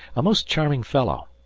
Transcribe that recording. a most charming fellow.